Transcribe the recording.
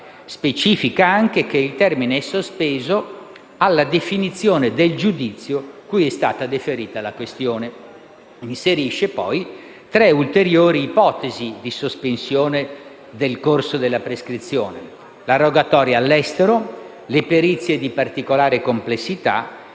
specifica anche che il termine è sospeso fino alla definizione del giudizio cui è stata deferita la questione. Vengono inserite poi tre ulteriori ipotesi di sospensione del corso della prescrizione: la rogatoria all'estero, le perizie di particolare complessità